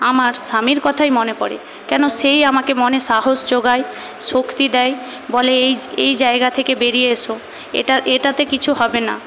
আমার স্বামীর কথাই মনে পড়ে কেন সেই আমাকে মনে সাহস জোগায় শক্তি দেয় বলে এই এই জায়গা থেকে বেরিয়ে এসো এটা এটাতে কিছু হবে না